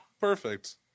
Perfect